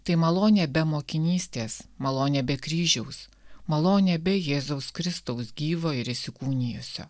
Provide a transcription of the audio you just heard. tai malonė be mokinystės malonė be kryžiaus malonė be jėzaus kristaus gyvo ir įsikūnijusio